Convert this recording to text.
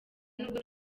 nubwo